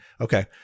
okay